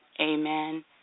Amen